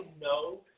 no